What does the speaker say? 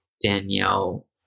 Danielle